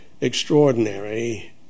extraordinary